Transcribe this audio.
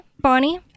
Bonnie